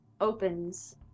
opens